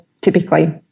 typically